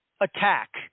attack